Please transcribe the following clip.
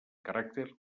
caràcter